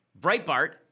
Breitbart